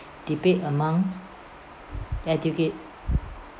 debate among